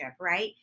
right